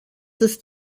ist